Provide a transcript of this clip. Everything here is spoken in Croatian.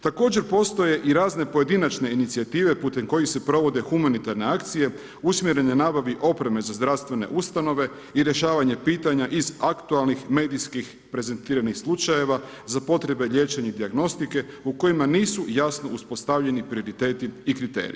Također postoje i razne pojedinačne inicijative putem kojih se provode humanitarne akcije usmjerene nabavi opreme za zdravstvene ustanove i rješavanje pitanja iz aktualnih medijskih prezentiranih slučajeva za potrebe liječenja dijagnostike u kojima nisu jasno uspostavljeni prioriteti i kriteriji.